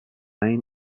main